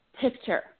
picture